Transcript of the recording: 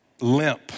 limp